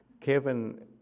Kevin